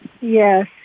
Yes